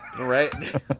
Right